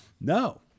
no